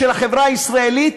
של החברה הישראלית,